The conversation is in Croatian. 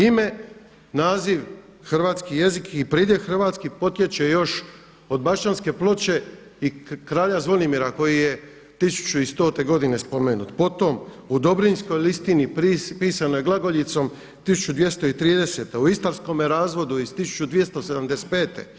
Ime, naziv hrvatski jezik i pridjev hrvatski potječe još od Baščanske ploče i kralja Zvonimira koji je 1100. godine spomenut, potom u Dobrinjskoj listini, pisanoj glagoljicom 1230., u Istarskome razvodu iz 1275.